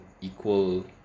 equal